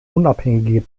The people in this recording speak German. unabhängige